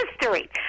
history